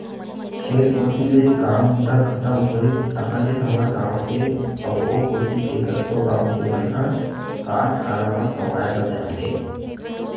खेत कोती ले काम बूता खतम होइस ताहले हमर गाँव के अउ ओ कोती के कतको गाँव के मन ह कारखाना म कमाए बर जाथे